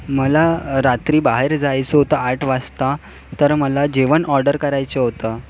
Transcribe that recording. मला रात्री बाहेर जायचे होतं आठ वाजता तर मला जेवण ऑर्डर करायचे होतं